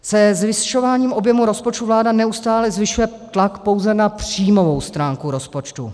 Se zvyšováním objemu rozpočtu vláda neustále zvyšuje tlak pouze na příjmovou stránku rozpočtu.